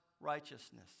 righteousness